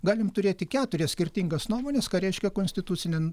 galim turėti keturias skirtingas nuomones ką reiškia konstitucinė